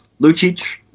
Lucic